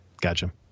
Gotcha